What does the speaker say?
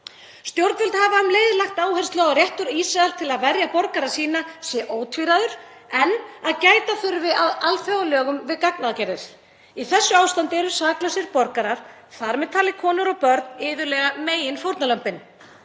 Stjórnvöld hafa um leið lagt áherslu á að réttur Ísraels til að verja borgara sína sé ótvíræður en að gæta þurfi að alþjóðalögum við gagnaðgerðir. Í þessu ástandi eru saklausir borgarar, þ.m.t. konur og börn, iðulega meginfórnarlömbin.